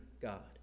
God